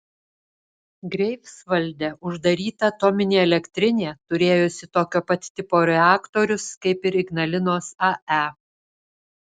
greifsvalde uždaryta atominė elektrinė turėjusi tokio pat tipo reaktorius kaip ir ignalinos ae